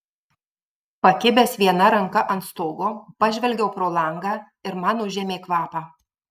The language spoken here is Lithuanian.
pakibęs viena ranka ant stogo pažvelgiau pro langą ir man užėmė kvapą